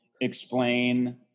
explain